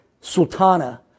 Sultana